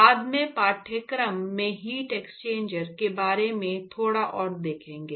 बाद में पाठ्यक्रम में हीट एक्सचेंजर के बारे में थोड़ा और देखेंगे